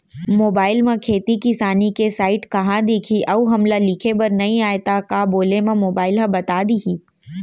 Mobile म खेती किसानी के साइट कहाँ दिखही अऊ हमला लिखेबर नई आय त का बोले म मोबाइल ह बता दिही?